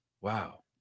Wow